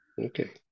Okay